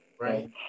Right